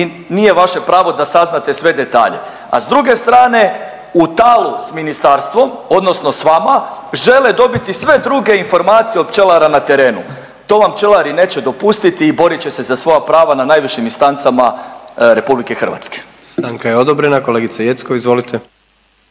i nije vaše pravo da saznate sve detalje, a s druge strane u talu s ministarstvom odnosno s vama žele dobiti sve druge informacije od pčelara na terenu. To vam pčelari neće dopustiti i borit će se za svoja prava na najvišim instancama RH. **Jandroković, Gordan (HDZ)** Stanka je odobrena. Kolegice Jeckov, izvolite.